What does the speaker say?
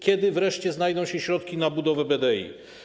Kiedy wreszcie znajdą się środki na budowę BDI?